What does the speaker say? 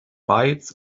bites